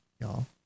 y'all